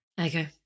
Okay